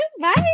Bye